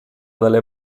dalle